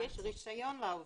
יש רישיון לעובד.